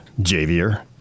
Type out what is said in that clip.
Javier